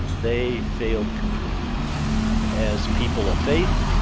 they failed completely as people of faith.